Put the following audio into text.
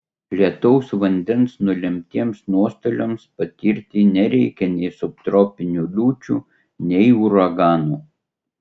lietaus vandens nulemtiems nuostoliams patirti nereikia nei subtropinių liūčių nei uraganų